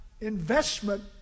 investment